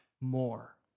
more